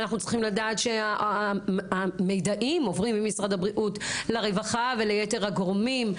אנחנו צריכים לדעת שהמידעים עוברים ממשרד בריאות לרווחה וליתר הגורמים.